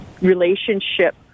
relationship